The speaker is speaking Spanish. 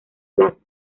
plaza